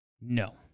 No